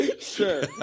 Sure